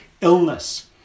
illness